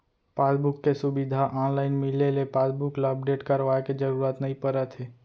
passbook के सुबिधा online मिले ले पासबुक ल अपडेट करवाए के जरूरत नइ परत हे